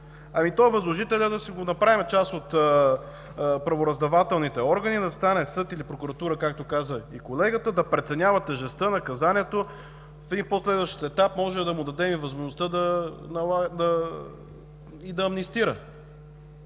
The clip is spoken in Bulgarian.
Ами, то възложителят, да си го направим част от правораздавателните органи, да стане съд или прокуратура, както каза и колегата, да преценява тежестта, наказанието, при по-следващ етап можем да му дадем и възможността да амнистира.